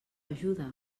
ajuda